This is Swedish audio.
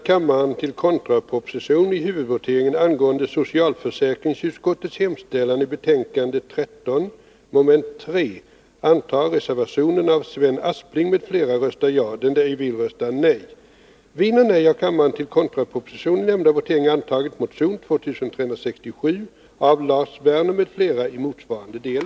Kammaren övergår nu till att debattera socialförsäkringsutskottets betänkande 19 om anslag till administration av socialförsäkring m.m. I fråga om detta betänkande hålls gemensam överläggning för samtliga punkter.